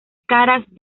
caras